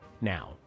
Now